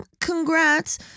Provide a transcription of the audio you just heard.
congrats